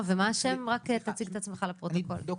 הבריאות לקטועי הגפיים בישראל: הזכאות לפרוטזות.